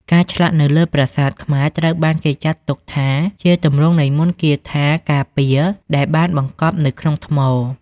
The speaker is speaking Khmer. ការឆ្លាក់នៅលើប្រាសាទខ្មែរត្រូវបានគេចាត់ទុកថាជាទម្រង់មួយនៃមន្តគាថាការពារដែលបានបង្កប់នៅក្នុងថ្ម។